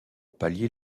pallier